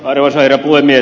arvoisa herra puhemies